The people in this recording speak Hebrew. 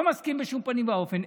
לא מסכים בשום פנים ואופן.